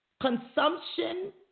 consumption